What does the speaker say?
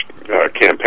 campaign